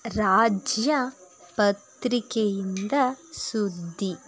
ರಾಜ್ಯ ಪತ್ರಿಕೆಯಿಂದ ಸುದ್ದಿ